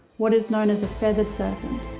what is known as a feathered serpent,